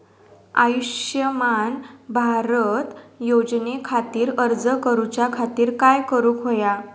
आयुष्यमान भारत योजने खातिर अर्ज करूच्या खातिर काय करुक होया?